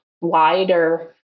wider